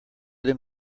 them